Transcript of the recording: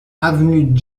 avenue